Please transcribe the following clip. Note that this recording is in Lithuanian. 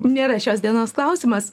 nėra šios dienos klausimas